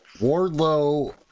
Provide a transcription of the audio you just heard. Wardlow